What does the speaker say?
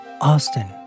Austin